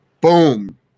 boom